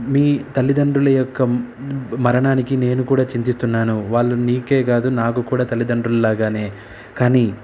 మీ తల్లిదండ్రుల యొక్క మరణానికి నేను కూడా చిందిస్తున్నాను వాళ్ళు నీకే కాదు నాకు కూడా తల్లిదండ్రులు లాగానే కానీ